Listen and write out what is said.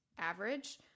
average